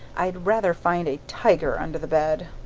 i'd rather find a tiger under the bed.